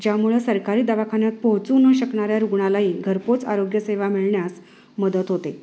ज्यामुळं सरकारी दवाखान्यात पोहचू न शकणाऱ्या रुग्णालाही घरपोच आरोग्यसेवा मिळण्यास मदत होते